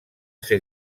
ser